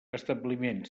establiment